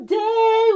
day